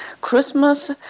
Christmas